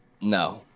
no